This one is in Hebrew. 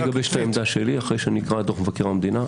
אני אגבש את העמדה שלי אחרי שאני אקרא את דוח מבקר המדינה.